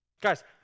Guys